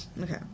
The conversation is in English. Okay